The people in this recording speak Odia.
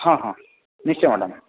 ହଁ ହଁ ନିଶ୍ଚୟ ମ୍ୟାଡ଼ାମ